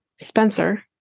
spencer